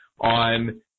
on